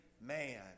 man